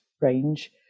range